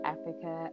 Africa